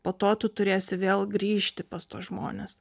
po to tu turėsi vėl grįžti pas tuos žmones